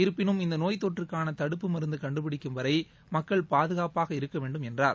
இருப்பினும் இந்த நோய்த் தொற்றுக்கான தடுப்பு மருந்து கண்டுபிடிக்கும் வரை மக்கள் பாதுகாப்பாக இருக்க வேண்டும் என்றார்